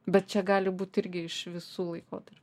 bet čia gali būt irgi iš visų laikotarpių